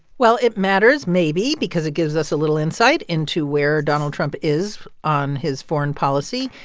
well, it matters maybe because it gives us a little insight into where donald trump is on his foreign policy.